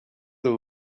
the